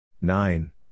Nine